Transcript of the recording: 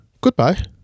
Goodbye